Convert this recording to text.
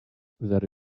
that